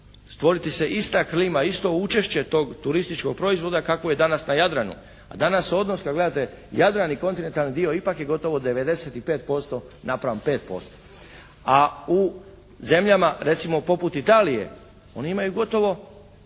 stvoriti se ista klima, isto učešće tog turističkog proizvoda kako je danas na Jadranu. A danas odnos kad gledate Jadran i kontinentalni dio ipak je gotovo 95% naprama %%. A u zemljama recimo poput Italije oni imaju gotovo